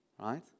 right